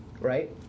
right